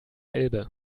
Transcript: elbe